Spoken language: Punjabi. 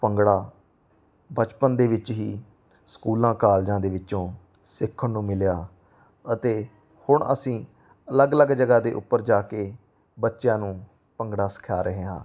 ਭੰਗੜਾ ਬਚਪਨ ਦੇ ਵਿੱਚ ਹੀ ਸਕੂਲਾਂ ਕਾਲਜਾਂ ਦੇ ਵਿੱਚੋਂ ਸਿੱਖਣ ਨੂੰ ਮਿਲਿਆ ਅਤੇ ਹੁਣ ਅਸੀਂ ਅਲੱਗ ਅਲੱਗ ਜਗ੍ਹਾ ਦੇ ਉੱਪਰ ਜਾ ਕੇ ਬੱਚਿਆਂ ਨੂੰ ਭੰਗੜਾ ਸਿਖਾ ਰਹੇ ਹਾਂ